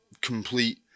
complete